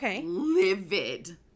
livid